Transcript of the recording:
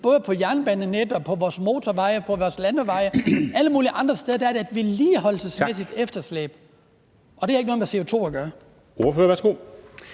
både på jernbanenettet, på vores motorveje og på vores landeveje. Alle mulige steder er der et vedligeholdelsesefterslæb, og det har ikke noget med CO2 at gøre.